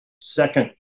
second